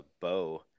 bow